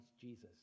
Jesus